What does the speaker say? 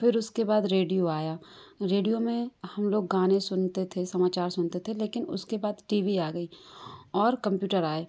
फिर उसके बाद रेडियो आया रेडियो में हम लोग गाने सुनते थे समाचार सुनते थे लेकिन उसके बाद टी वी आ गई और कंप्यूटर आए